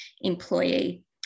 employee